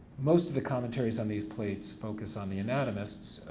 most of the commentaries on these plates focus on the anatomists,